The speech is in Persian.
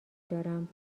دارم